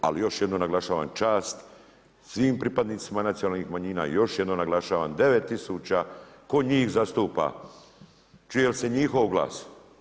Ali još jednom naglašavam čast svim pripadnicima nacionalnih manjina još jednom naglašavam 9000 tko njih zastupa, čuje li se njihov glas.